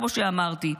כמו שאמרתי.